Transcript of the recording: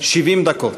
70 דקות.